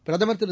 பிரதமர் திரு